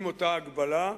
עם אותה הגבלה,